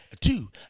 two